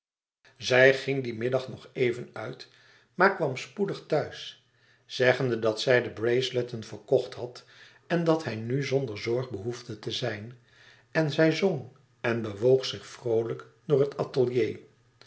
zij ging dien middag nog even uit maar kwam spoedig thuis zeggende dat zij de braceletten verkocht had en dat hij nu zonder zorg behoefde te zijn en zij zong en bewoog zich vroolijk door het atelier